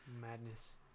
Madness